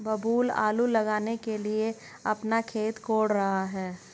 बबलू आलू लगाने के लिए अपना खेत कोड़ रहा है